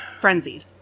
frenzied